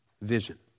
vision